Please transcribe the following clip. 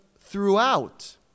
throughout